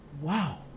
Wow